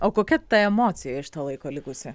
o kokia ta emocija iš to laiko likusi